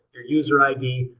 your user id.